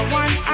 one